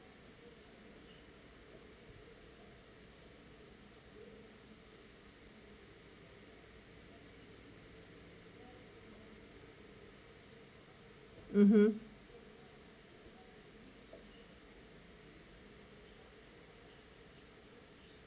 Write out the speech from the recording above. (uh huh)